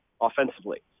offensively